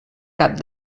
cap